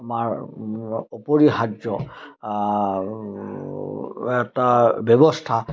আমাৰ অপৰিহাৰ্য এটা ব্যৱস্থা